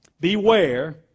Beware